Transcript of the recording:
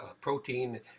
protein